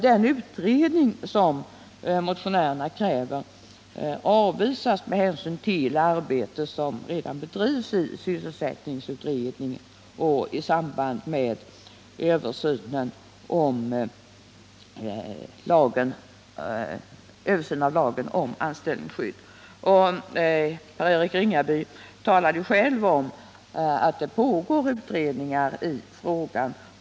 Den utredning som motionärerna kräver i reservationen avvisas emellertid av utskottet med hänvisning till det utredningsarbete som bedrivs dels i sysselsättningsutredningen, dels i samband med översynen av lagen om anställningsskydd — Per Eric Ringaby talade f. ö. själv om att det pågår utredningar i frågan.